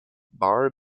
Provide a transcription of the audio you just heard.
barra